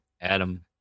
Adam